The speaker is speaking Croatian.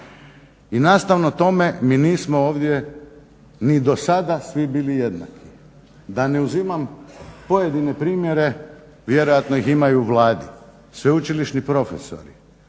I nastavno tome mi nismo ovdje ni do sada svi bili jednaki, da ne uzimam pojedine primjere, vjerojatno ih ima i u Vladi. Sveučilišni profesori